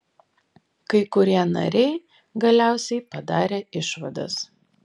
kai kurie nariai galiausiai padarė išvadas